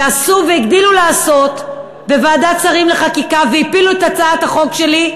ועשו והגדילו לעשות בוועדת שרים לחקיקה והפילו את הצעת החוק שלי,